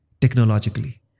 technologically